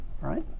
right